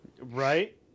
Right